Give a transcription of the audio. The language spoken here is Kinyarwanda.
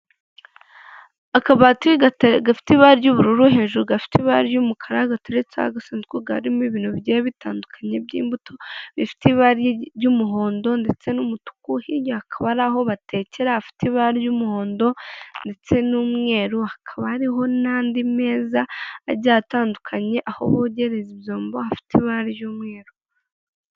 Akabati gate gafite ibara ry'ubururu, hejuru gafite ibara ry'umukarara, gateretseho agasanduku karimo ibintu bigiye bitandukanye by'imbuto bifite ibara ry'umuhondo ndetse n'umutuku, hirya kaba hari aho batekera hafite ibara ry'umuhondo ndetse n'umweru, hakaba hariho n'andi meza agiye atandukanye, aho bogereza ibyombo hafite ibara ry'umweru.